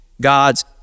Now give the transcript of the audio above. God's